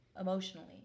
Emotionally